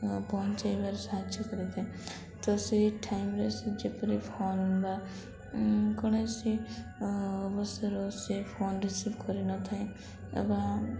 ପହଞ୍ଚାଇବାରେ ସାହାଯ୍ୟ କରିଥାଏ ତ ସେଇ ଟାଇମ୍ରେ ସେ ଯେପରି ଫୋନ୍ ବା କୌଣସି ଅବସର ସେ ଫୋନ୍ ରିସିଭ୍ କରିନଥାଏ ଏବଂ